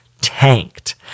tanked